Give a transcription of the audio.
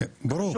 ברור.